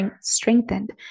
strengthened